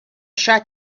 شاید